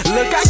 Look